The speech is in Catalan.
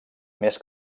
més